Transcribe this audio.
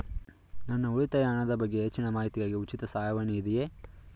ನನ್ನ ಉಳಿತಾಯ ಹಣದ ಬಗ್ಗೆ ಹೆಚ್ಚಿನ ಮಾಹಿತಿಗಾಗಿ ಉಚಿತ ಸಹಾಯವಾಣಿ ಇದೆಯೇ?